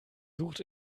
sucht